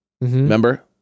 remember